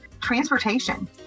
Transportation